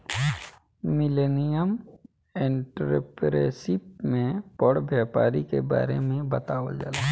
millennial entrepreneurship में बड़ व्यापारी के बारे में बतावल जाला